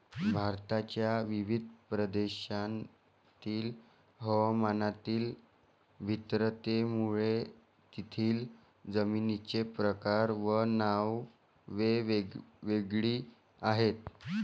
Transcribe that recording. भारताच्या विविध प्रदेशांतील हवामानातील भिन्नतेमुळे तेथील जमिनींचे प्रकार व नावे वेगवेगळी आहेत